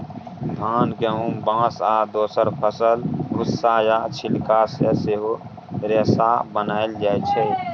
धान, गहुम, बाँस आ दोसर फसलक भुस्सा या छिलका सँ सेहो रेशा बनाएल जाइ छै